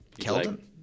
Keldon